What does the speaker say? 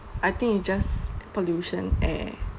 I think it's just pollution air